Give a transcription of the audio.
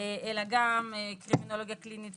אלא גם קרימינולוגיה קלינית,